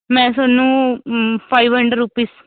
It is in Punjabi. ਮੈਂ ਤੁਹਾਨੂੰ ਫਾਇਵ ਹੰਡਰ ਰੁਪੀਸ